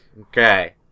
Okay